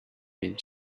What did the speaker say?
main